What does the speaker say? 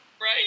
right